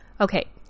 Okay